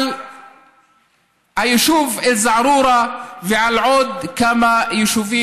על היישוב א-זערורה ועל עוד כמה יישובים.